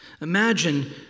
Imagine